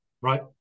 Right